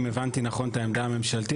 אם הבנתי נכון את העמדה הממשלתית.